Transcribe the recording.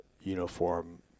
uniform